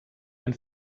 ein